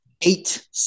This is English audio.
eight